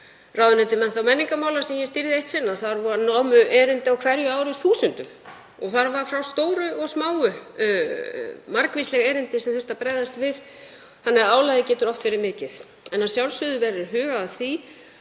ráðuneyti mennta- og menningarmála, sem ég stýrði eitt sinn, að þar námu erindi á hverju ári þúsundum, það voru stór og smá og margvísleg erindi sem þurfti að bregðast við, þannig að álagið getur oft verið mikið. En að sjálfsögðu verður hugað að